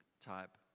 type